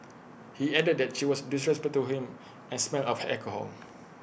he added that she was disrespectful to him and smelled of alcohol